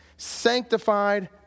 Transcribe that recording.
Sanctified